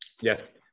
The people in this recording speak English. Yes